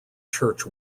church